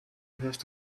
hörst